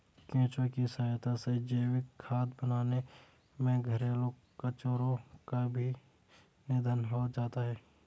केंचुए की सहायता से जैविक खाद बनाने में घरेलू कचरो का भी निदान हो जाता है